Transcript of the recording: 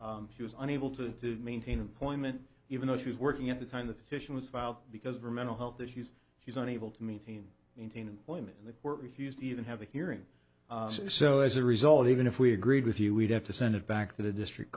issues she was unable to maintain employment even though she was working at the time the petition was filed because of her mental health issues she's unable to maintain maintain employment and the court refused to even have a hearing so as a result even if we agreed with you we'd have to send it back to the district